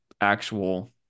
actual